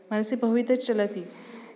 मनसि बहुविधः चलति